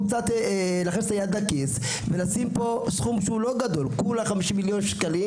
להכניס את היד לכיס ולשים סכום לא גדול 50 מיליון שקלים